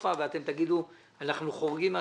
קטסטרופה ואתם תגידו: אנחנו חורגים מהזמנים,